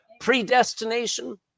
Predestination